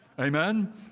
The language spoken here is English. Amen